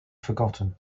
forgotten